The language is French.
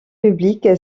publique